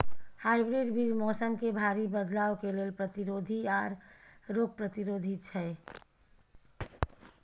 hybrid बीज मौसम में भारी बदलाव के लेल प्रतिरोधी आर रोग प्रतिरोधी छै